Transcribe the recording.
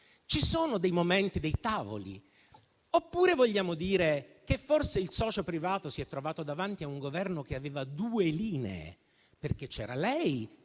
Ci sono dei momenti, dei tavoli? Oppure vogliamo dire che forse il socio privato si è trovato davanti a un Governo che aveva due linee? C'era infatti lei,